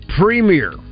premier